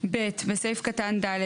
" (ב)בסעיף קטן (ד),